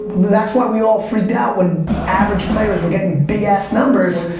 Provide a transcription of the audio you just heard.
that's why we all freaked out when average players were getting big ass numbers